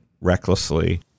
recklessly